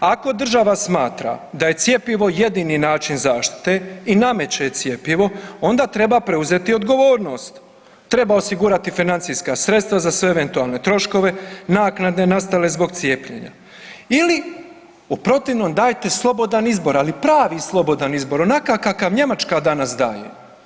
Ako država smatra da je cjepivo jedini način zaštite i nameće cjepivo onda treba preuzeti odgovornost, treba osigurati financijska sredstva za sve eventualne troškove naknade nastale zbog cijepljenja ili u protivnom dajte slobodan izbor, ali pravi slobodan izbor, onakav kakav Njemačka danas daje.